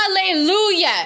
Hallelujah